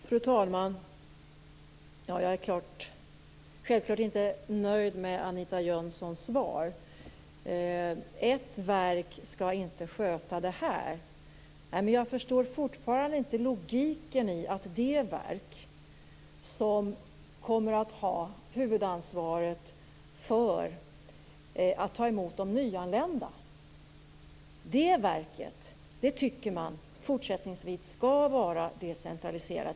Fru talman! Jag är självklart inte nöjd med Anita Jönssons svar. Ett verk skall inte sköta detta. Jag förstår fortfarande inte logiken i att det verk som kommer att ha huvudansvaret för att ta emot de nyanlända skall fortsättningsvis vara decentraliserat.